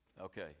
Okay